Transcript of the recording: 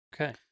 Okay